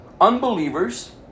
Unbelievers